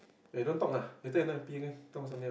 eh don't talk ah later you not happy again talk about something else